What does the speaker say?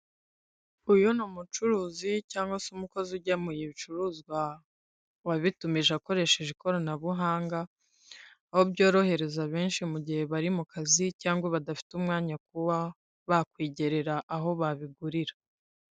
Uyu ni umucuruzi cyangwa se umukozi ujyemuye ibicuruzwa wabitumije akoresheje ikoranabuhanga, aho byorohereza benshi mu gihe bari mu kazi, cyangwa badafite umwanya wo kuba bakwigerera aho babigurira.